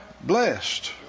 blessed